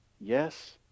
Yes